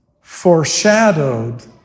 foreshadowed